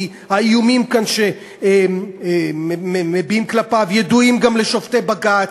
כי האיומים שמביעים כלפיו ידועים גם לשופטי בג"ץ.